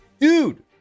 Dude